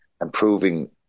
improving